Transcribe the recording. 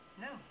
No